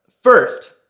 first